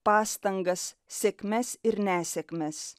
pastangas sėkmes ir nesėkmes